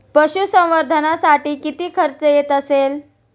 पशुसंवर्धनासाठी किती खर्च येत असेल?